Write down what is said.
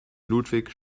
ludwig